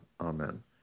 Amen